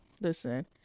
Listen